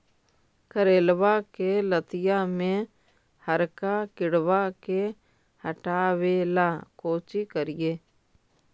करेलबा के लतिया में हरका किड़बा के हटाबेला कोची करिए?